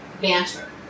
banter